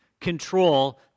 control